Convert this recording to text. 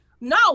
No